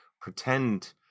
pretend